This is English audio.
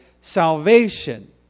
salvation